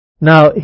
Now